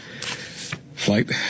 flight